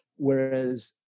Whereas